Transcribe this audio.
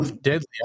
deadly